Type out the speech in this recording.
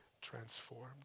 transformed